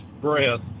breath